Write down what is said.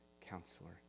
counselor